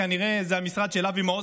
כנראה זה המשרד של אבי מעוז,